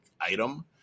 item